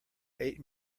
eight